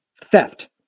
theft